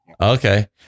okay